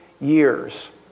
years